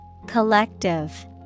Collective